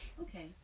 Okay